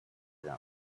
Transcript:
them